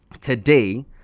Today